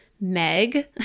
Meg